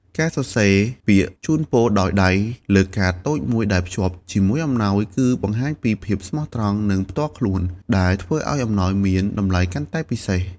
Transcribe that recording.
ការសរសេរពាក្យជូនពរដោយដៃលើកាតតូចមួយដែលភ្ជាប់ជាមួយអំណោយ គឺបង្ហាញពីភាពស្មោះត្រង់ និងផ្ទាល់ខ្លួន ដែលធ្វើឲ្យអំណោយមានតម្លៃកាន់តែពិសេស។